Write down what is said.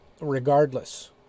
regardless